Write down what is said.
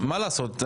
מה לעשות?